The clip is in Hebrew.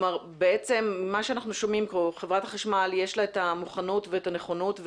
בעצם אנחנו שומעים פה שלחברת החשמל יש את המוכנות ואת הנכונות,